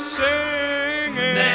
singing